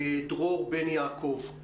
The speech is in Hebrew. נשמע את דרור בן יעקב.